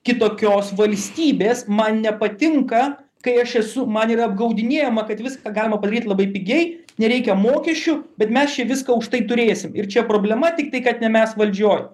kitokios valstybės man nepatinka kai aš esu man yra apgaudinėjama kad viską galima padaryt labai pigiai nereikia mokesčių bet mes čia viską aukštai turėsim ir čia problema tiktai kad ne mes valdžioj